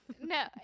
No